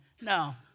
No